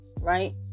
right